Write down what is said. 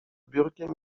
biurkiem